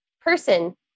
person